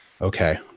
okay